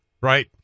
right